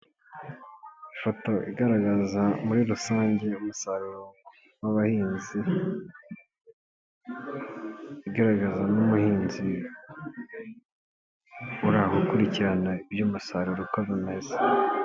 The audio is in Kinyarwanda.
Ifoto igaragaza muri rusange umusaruro w'abahinzi, igaragaza n'ubuhinzi uri aho ukurikirana iby'umusaruro ukoze neza.